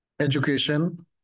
education